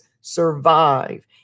survive